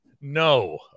No